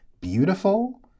beautiful